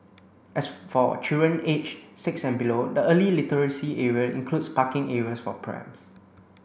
as for children aged six and below the early literacy area includes parking areas for prams